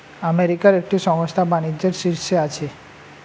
আমেরিকার একটি সংস্থা বাণিজ্যের শীর্ষে আছে